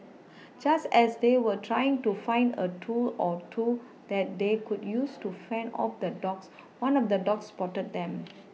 just as they were trying to find a tool or two that they could use to fend off the dogs one of the dogs spotted them